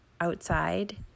outside